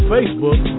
Facebook